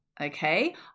okay